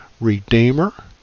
Redeemer